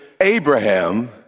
Abraham